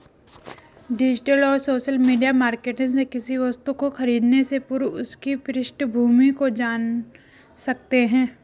digital और social media marketing से किसी वस्तु को खरीदने से पूर्व उसकी पृष्ठभूमि को जान सकते है